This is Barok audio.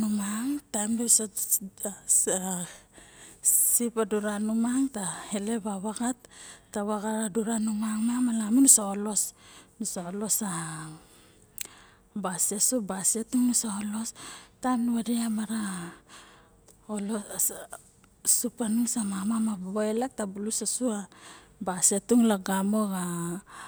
nu miang kavung isa sip taem ta vaxaat a dura nu vade sup panung sa maros ta bulus osu xa vu manusa sa enen